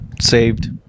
saved